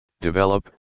develop